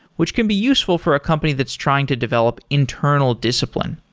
which can be useful for a company that's trying to develop internal discipline.